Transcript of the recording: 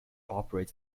operates